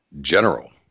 general